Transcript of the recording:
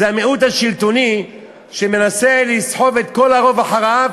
זה המיעוט השלטוני שמנסה לסחוב את כל הרוב אחריו